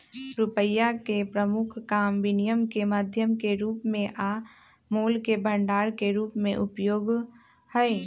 रुपइया के प्रमुख काम विनिमय के माध्यम के रूप में आ मोल के भंडार के रूप में उपयोग हइ